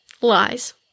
Lies